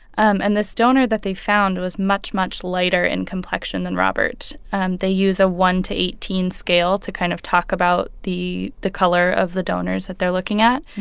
um and this donor donor that they found was much, much lighter in complexion than robert and they use a one to eighteen scale to kind of talk about the the color of the donors that they're looking at.